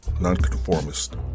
nonconformist